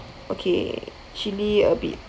okay chili a bit